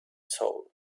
soul